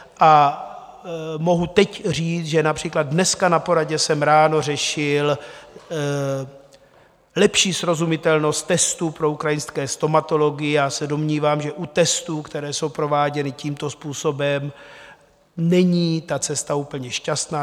A mohu teď říct, že například dneska na poradě jsem ráno řešil lepší srozumitelnost testů pro ukrajinské stomatology já se domnívám, že u testů, které jsou prováděny tímto způsobem, není ta cesta úplně šťastná.